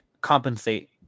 compensate